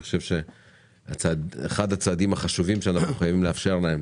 אני חושב שאחד הצעדים החשובים שאנחנו חייבים לאפשר להם